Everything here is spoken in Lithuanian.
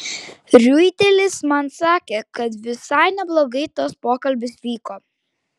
riuitelis man sakė kad visai neblogai tas pokalbis vyko